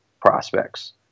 prospects